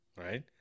right